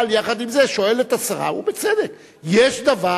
אבל יחד עם זה, הוא שואל את השרה, ובצדק, יש דבר,